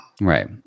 Right